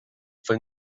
fue